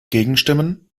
gegenstimmen